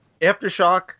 Aftershock